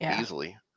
Easily